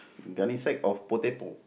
twenty sack of potato